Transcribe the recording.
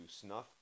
snuff